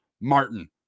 Martin